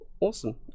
Awesome